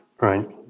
right